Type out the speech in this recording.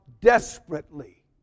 desperately